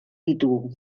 ditugu